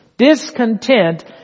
Discontent